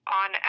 on